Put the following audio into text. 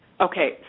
Okay